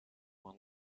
one